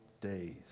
days